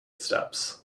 steps